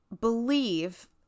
believe